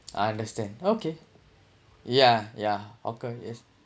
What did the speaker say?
I understand okay yeah yeah okay yes